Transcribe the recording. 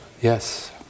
Yes